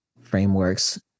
frameworks